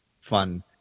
fun